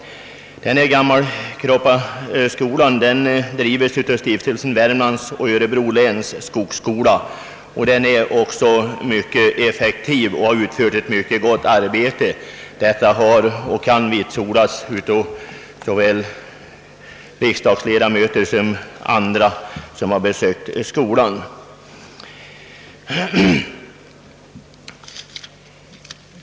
Gammelkroppa skogsskola drives av stiftelsen Värmlands och Örebro läns skogsskola. Den är effektiv och utför ett mycket gott arbete. Detta kan vitsordas av både riksdagsledamöter och andra som besökt skolan.